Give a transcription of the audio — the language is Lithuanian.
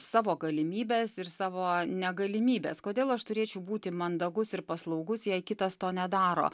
savo galimybes ir savo negalimybes kodėl aš turėčiau būti mandagus ir paslaugus jei kitas to nedaro